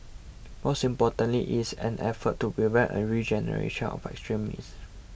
most importantly it is an effort to prevent a regeneration of extremists